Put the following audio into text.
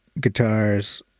guitars